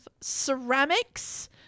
ceramics